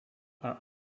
are